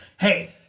Hey